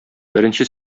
беренче